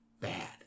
bad